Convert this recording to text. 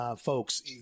folks